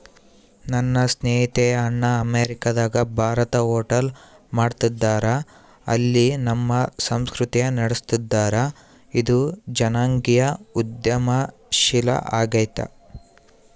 ನನ್ನ ಸ್ನೇಹಿತೆಯ ಅಣ್ಣ ಅಮೇರಿಕಾದಗ ಭಾರತದ ಹೋಟೆಲ್ ಮಾಡ್ತದರ, ಅಲ್ಲಿ ನಮ್ಮ ಸಂಸ್ಕೃತಿನ ನಡುಸ್ತದರ, ಇದು ಜನಾಂಗೀಯ ಉದ್ಯಮಶೀಲ ಆಗೆತೆ